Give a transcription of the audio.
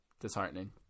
Disheartening